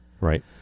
Right